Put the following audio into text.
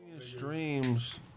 Streams